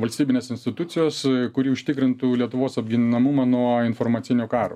valstybinės institucijos kuri užtikrintų lietuvos apginamumą nuo informacinio karo